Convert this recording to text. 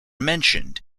mentioned